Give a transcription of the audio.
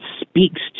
speaks